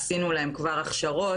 עשינו להן כבר הכשרות,